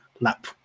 lap